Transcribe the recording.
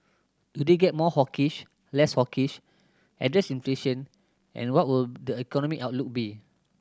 do they get more hawkish less hawkish address inflation and what will the economic outlook be